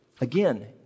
Again